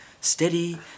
steady